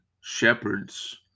shepherds